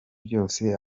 byose